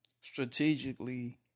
strategically